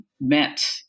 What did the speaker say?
met